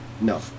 No